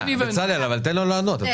בצלאל, תן לו לענות.